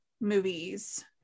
movies